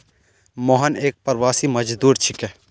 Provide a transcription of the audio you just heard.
मोहन एक प्रवासी मजदूर छिके